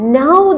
now